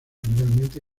generalmente